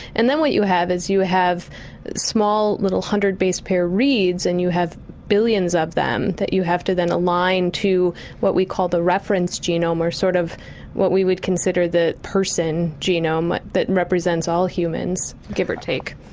and then what you have is you have small little hundred base pair reads and you have billions of them that you have to then align to what we call the reference genome or sort of what we would consider the person genome that represents all humans, give or take.